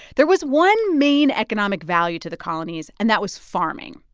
there was one main economic value to the colonies, and that was farming.